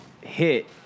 hit